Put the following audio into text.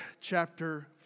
chapter